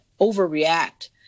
overreact